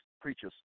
preachers